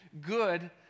Good